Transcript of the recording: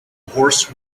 horse